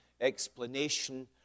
explanation